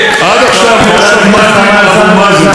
עד עכשיו לא שמעתי מאבו מאזן,